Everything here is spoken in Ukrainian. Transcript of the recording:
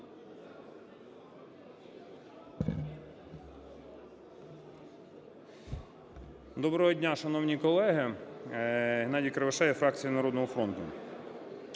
Доброго дня, шановні колеги. Геннадій Кривошея, фракція "Народного фронту".